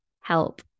help